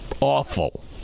awful